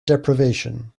deprivation